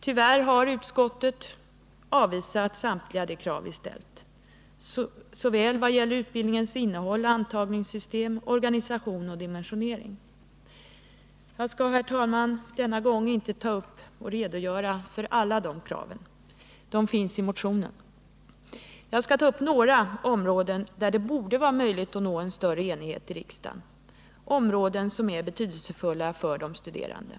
Tyvärr har utskottet avvisat samtliga våra krav, såväl vad gäller utbildningens innehåll, antagningssystem, organisation som dimensionering. Jag skall, herr talman, inte ta upp tiden med att redogöra för alla dessa krav — de finns i motionen. Jag skall emellertid ta upp några områden, där det borde varit möjligt att uppnå större Nr 120 enhet i riksdagen, områden som är betydelsefulla för de studerande.